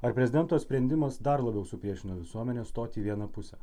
ar prezidento sprendimas dar labiau supriešino visuomenę stoti į vieną pusę